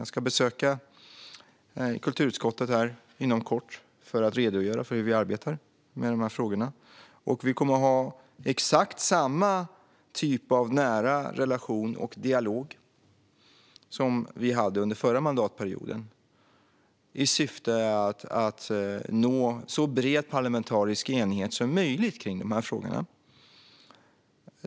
Jag kommer att besöka kulturutskottet inom kort för att redogöra för hur vi arbetar med de här frågorna, och vi kommer att ha exakt samma typ av nära relation och dialog som vi hade under förra mandatperioden i syfte att nå så bred parlamentarisk enighet som möjligt kring de här frågorna.